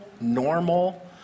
normal